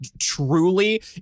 truly